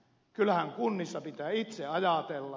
kyllähän kunnissa pitää itse ajatella